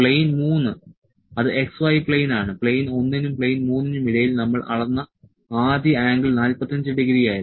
plain 3 അത് x y plane ആണ് plane 1 നും പ്ലെയിൻ 3 നും ഇടയിൽ നമ്മൾ അളന്ന ആദ്യ ആംഗിൾ 45 ഡിഗ്രി ആയിരുന്നു